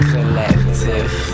Collective